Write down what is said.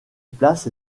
place